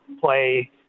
play